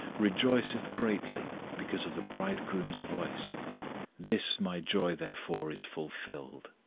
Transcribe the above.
rejoiceth greatly because of the bridegroom's voice this my joy therefore is fulfilled.